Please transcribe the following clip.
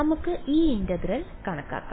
നമുക്ക് ഈ ഇന്റഗ്രൽ കണക്കാക്കാം